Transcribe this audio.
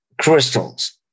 crystals